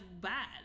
bad